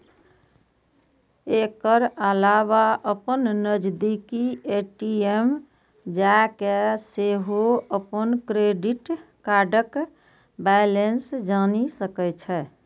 एकर अलावा अपन नजदीकी ए.टी.एम जाके सेहो अपन क्रेडिट कार्डक बैलेंस जानि सकै छी